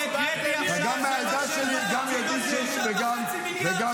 אתה גם מהעדה שלי, גם ידיד שלי וגם סגן.